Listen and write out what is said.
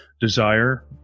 desire